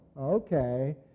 okay